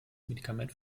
medikament